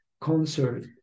concert